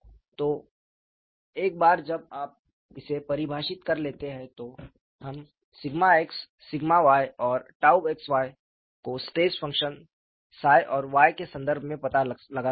तो एक बार जब आप इसे परिभाषित कर लेते हैं तो हम σx σy और 𝝉xy को स्ट्रेस फंक्शन 𝜳 और Y के संदर्भ में पता लगा सकते हैं